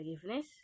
forgiveness